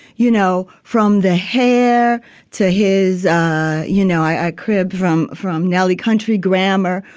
you know, from the hair to his you know, i cribbed from from nelly country grammar.